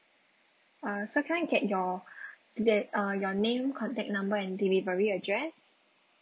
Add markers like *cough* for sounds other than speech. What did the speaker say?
uh so can I get your *breath* the uh your name contact number and delivery address